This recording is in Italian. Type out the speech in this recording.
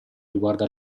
riguarda